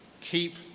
Keep